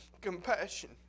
compassion